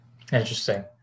Interesting